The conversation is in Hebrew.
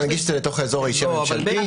להנגיש את זה לתוך האזור האישי הממשלתי.